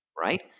Right